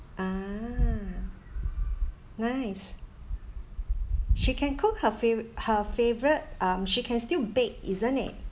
ah nice she can cook her fav~ her favourite um she can still bake isn't it